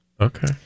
Okay